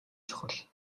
чухал